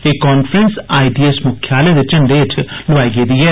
एह् conference I D S मुख्यालय दे झंडें हेठ लोआई गेदी ऐ